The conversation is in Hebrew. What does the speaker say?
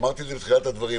אמרתי את זה בתחילת הדברים,